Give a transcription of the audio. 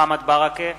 מוחמד ברכה,